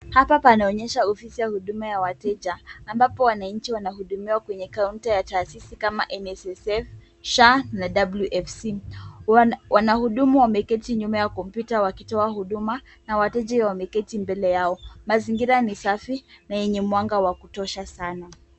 Hapa panaonyesha ofisi ya huduma ya wateja ambapo wananchi wanahudumiwa kwenye kaunta ya tahasisi ya NSSF, SHA na WFC. Wanahudumu wameketi nyuma ya kompyuta wakitoa huduma na wateja wameketi mbele yao. Mazingira ni safi na yenye mwanga wa kutosha sana.